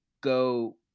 go